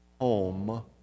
home